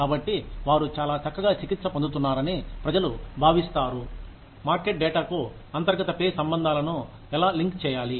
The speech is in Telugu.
కాబట్టి వారు చాలా చక్కగా చికిత్స పొందుతున్నారని ప్రజలు భావిస్తారు మార్కెట్ డేటాకు అంతర్గత పే సంబంధాలను ఎలా లింక్ చేయాలి